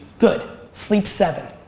good, sleep seven.